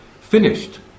finished